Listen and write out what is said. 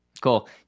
Cool